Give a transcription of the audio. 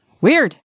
Weird